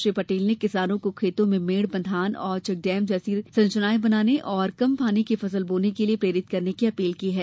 श्री पटेल ने किसानों को खेतों में मेड़ बँधान और चेकडेम जैसी संरचनाएँ बनाने तथा कम पानी की फसल बोने के लिये प्रेरित करने की अपील की है